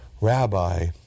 rabbi